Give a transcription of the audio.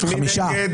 מי נגד?